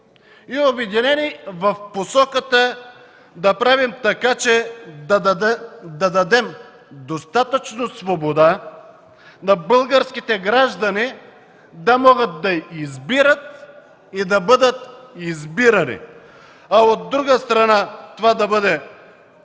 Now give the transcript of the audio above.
и обединени, да правим така, че да дадем достатъчно свобода на българските граждани да могат да избират и да бъдат избирани. От друга страна, техният вот да бъде